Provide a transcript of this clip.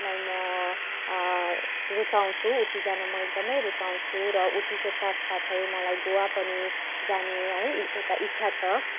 लाई म रुचाउँछु उटी जान म एकदमै रुचाउँछु र उटीको साथ साथै मलाई गोआ पनि जाने है एउटा इच्छा छ